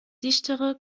dichtere